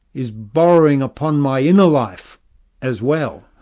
is borrowing upon my inner life as well,